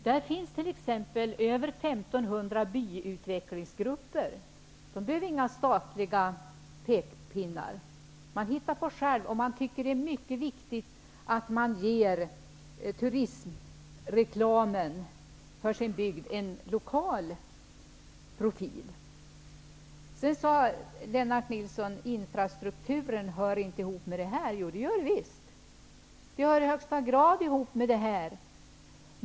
Herr talman! Jovisst, man är bekymrad för utvecklingen, men det innebär ju inte, Lennart Nilsson, att man sitter med armarna i kors och inte gör någonting. Så gör inte folk ute i bygderna och framför allt inte folk som bor i turistområdena. Man hittar på någonting. Man skapar sitt eget arbete. Det finns t.ex. över 1 500 byutvecklingsgrupper. De behöver inga statliga pekpinnar. Man hittar på själv och tycker att det är mycket viktigt att turistreklamen för bygden ges en lokal profil. Lennart Nilsson sade att infrastrukturen inte hör ihop med det här. Det gör den visst! Den hör i högsta grad ihop med det här.